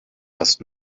das